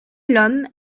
l’homme